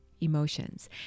emotions